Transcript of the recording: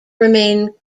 remain